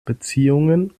beziehungen